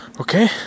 Okay